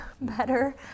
better